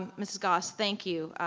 mrs. goss, thank you,